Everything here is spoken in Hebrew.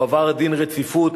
הוא עבר דין רציפות,